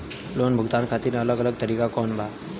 Loan भुगतान खातिर अलग अलग तरीका कौन बा?